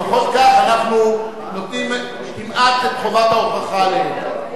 לפחות כאן אנחנו נותנים כמעט את חובת ההוכחה עליהם.